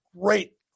great